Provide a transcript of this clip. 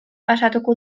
pasatuko